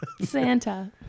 Santa